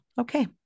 Okay